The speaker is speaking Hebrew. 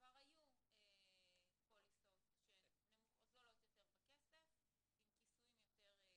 שכבר היו פוליסות שהן זולות יותר בכסף עם כיסויים יותר גבוהים.